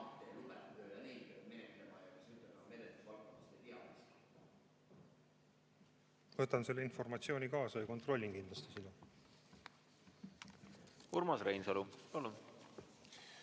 Võtan selle informatsiooni kaasa ja kontrollin kindlasti seda. Urmas Reinsalu,